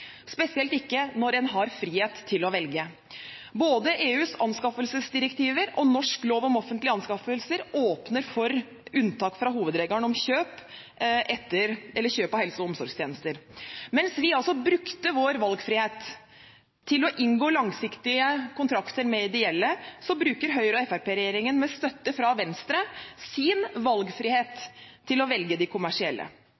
spesielt ikke når en har frihet til å velge. Både EUs anskaffelsesdirektiver og norsk lov om offentlige anskaffelser åpner for unntak fra hovedregelen ved kjøp av helse- og omsorgstjenester. Mens vi altså brukte vår valgfrihet til å inngå langsiktige kontrakter med ideelle, bruker Høyre-Fremskrittsparti-regjeringen – med støtte fra Venstre – sin